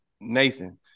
Nathan